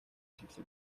хэлэв